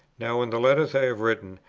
now in the letters i have written,